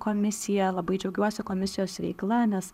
komisija labai džiaugiuosi komisijos veikla nes